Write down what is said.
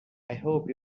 hope